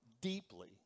deeply